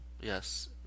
Yes